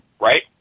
right